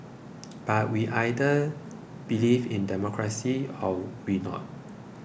but we either believe in democracy or we not